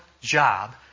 job